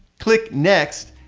click next.